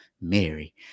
Mary